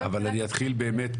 אני אתחיל באמת,